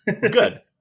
Good